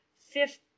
fifth